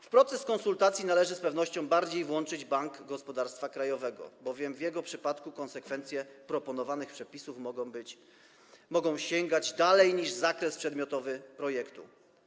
W proces konsultacji należy z pewnością bardziej włączyć Bank Gospodarstwa Krajowego, bowiem w jego przypadku konsekwencje proponowanych przepisów mogą sięgać dalej niż zakres przedmiotowy projektu.